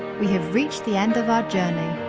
we have reached the end of our journey.